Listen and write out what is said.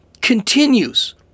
continues